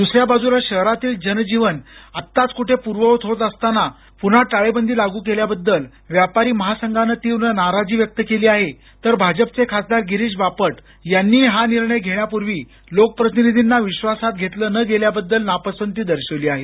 द्सऱ्या बाजूला शहरातील जनजीवन आत्ताच कुठे पूर्ववत होत असताना पुन्हा टाळेबंदी लागू केल्याबद्दल व्यापारी महासंघानं तीव्र नाराजी व्यक्त केली आहे तर भाजपचे खासदार गिरीश बापट यांनीही हा निर्णय घेण्यापूर्वी लोकप्रतिनिधींना विश्वासात घेतलं न गेल्याबद्दल नापसंती दर्शवली आहे